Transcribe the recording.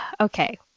okay